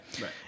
Right